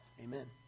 amen